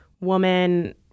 woman